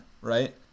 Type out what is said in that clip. Right